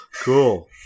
Cool